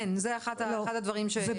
זה אחד הדברים שעולים.